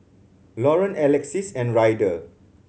Lauren Alexis and Ryder